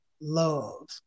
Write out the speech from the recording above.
love